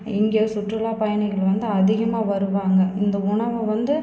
இங்கே சுற்றுலாப் பயணிகள் வந்து அதிகமாக வருவாங்க இந்த உணவை வந்து